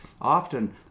often